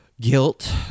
guilt